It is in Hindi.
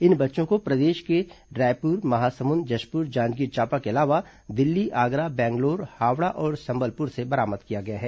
इन बच्चों को प्रदेश के रायपुर महासमुंद जशपुर जांजगीर चांपा के अलावा दिल्ली आगरा बैंग्लोर हावड़ा और संबलपुर से बरामद किया गया है